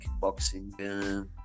boxing